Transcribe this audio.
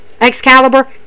Excalibur